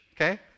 okay